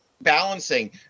balancing